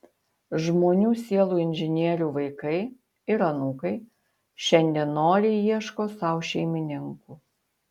žmonių sielų inžinierių vaikai ir anūkai šiandien noriai ieško sau šeimininkų